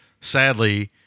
sadly